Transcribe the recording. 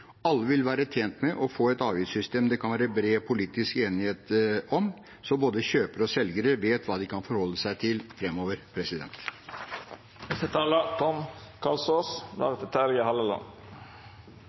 Alle vil være tjent med å få et avgiftssystem det kan være bred politisk enighet om, så både kjøpere og selgere vet hva de kan forholde seg til